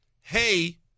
hey